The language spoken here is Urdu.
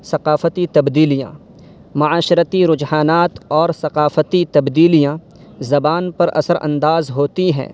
ثقافتی تبدیلیاں معاشرتی رجحانات اور ثقافتی تبدیلیاں زبان پر اثرانداز ہوتی ہیں